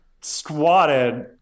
squatted